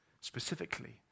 specifically